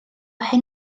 hen